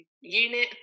unit